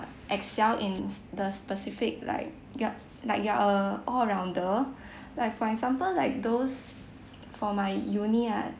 excel in the specific like yup like you're a all rounder like for example like those for my uni ah